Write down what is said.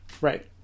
Right